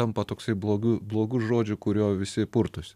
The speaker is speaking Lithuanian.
tampa toksai blogiu blogu žodžiu kurio visi purtosi